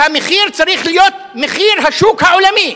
והמחיר צריך להיות מחיר השוק העולמי.